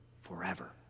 forever